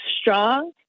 strong